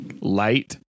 light